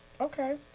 Okay